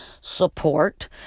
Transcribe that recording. support